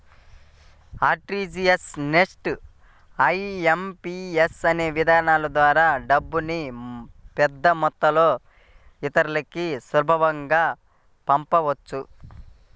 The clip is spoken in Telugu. ఆర్టీజీయస్, నెఫ్ట్, ఐ.ఎం.పీ.యస్ అనే విధానాల ద్వారా డబ్బుని పెద్దమొత్తంలో ఇతరులకి సులభంగా పంపించవచ్చు